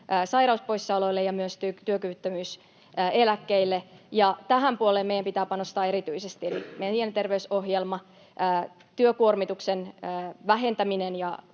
sairauspoissaoloihin ja myös työkyvyttömyyseläkkeisiin, ja tähän puoleen meidän pitää panostaa erityisesti, eli mielenterveysohjelma, työkuormituksen vähentäminen